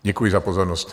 Děkuji za pozornost.